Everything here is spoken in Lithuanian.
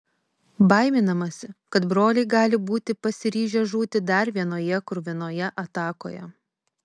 baiminamasi kad broliai gali būti pasiryžę žūti dar vienoje kruvinoje atakoje